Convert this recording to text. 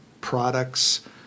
products